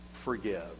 forgive